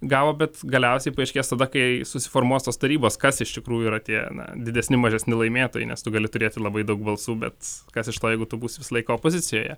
gavo bet galiausiai paaiškės tada kai susiformuos tos tarybos kas iš tikrųjų yra tie didesni mažesni laimėtojai nes tu gali turėti labai daug balsų bet kas iš to jeigu tu būsi visąlaik opozicijoje